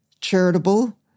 charitable